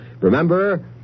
Remember